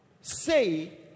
say